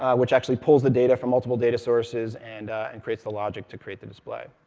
which actually pulls the data from multiple data sources, and and creates the logic to create the display.